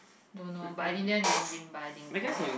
don't know but in they end they din buy din go